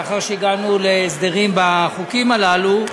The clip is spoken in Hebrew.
לאחר שהגענו להסדרים בחוקים הללו,